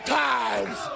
times